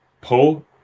pull